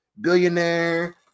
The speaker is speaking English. billionaire